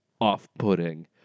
off-putting